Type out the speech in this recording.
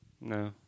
No